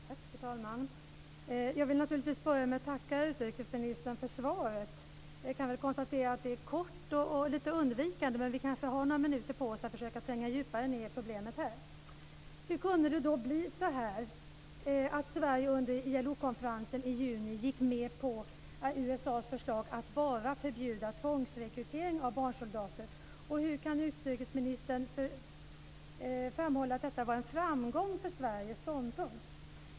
Fru talman! Jag vill naturligtvis börja med att tacka utrikesministern för svaret. Jag konstaterar att det är kort och lite undvikande, men vi kanske har några minuter på oss att tränga djupare ned i problemet. Hur kunde det bli så här, att Sverige under ILO konferensen i juni gick med på USA:s förslag att bara förbjuda tvångsrekrytering av barnsoldater? Och hur kan utrikesministern framhålla att detta var en framgång för svensk ståndpunkt?